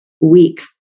weeks